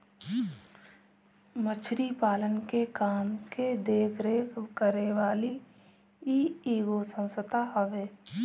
मछरी पालन के काम के देख रेख करे वाली इ एगो संस्था हवे